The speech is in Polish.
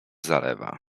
zalewa